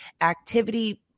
activity